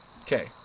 Okay